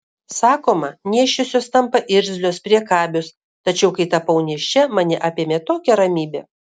sakoma nėščiosios tampa irzlios priekabios tačiau kai tapau nėščia mane apėmė tokia ramybė